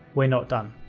we're not done.